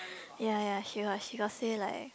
ya ya she was she got say like